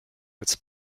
als